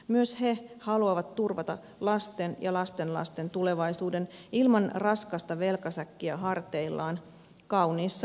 myös he haluavat turvata lasten ja lastenlasten tulevaisuuden ilman raskasta velkasäkkiä harteillaan kauniissa turvallisessa suomessa